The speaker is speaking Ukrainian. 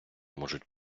можуть